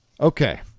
Okay